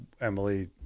Emily